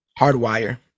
Hardwire